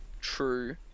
true